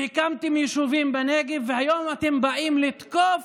והקמת יישובים בנגב, והיום אתם באים לתקוף